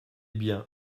bien